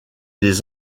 les